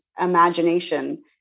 imagination